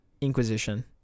Inquisition